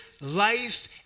life